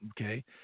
Okay